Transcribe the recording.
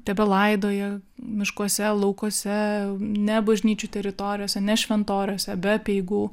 tebelaidoja miškuose laukuose ne bažnyčių teritorijose ne šventoriuose be apeigų